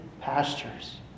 pastures